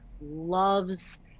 loves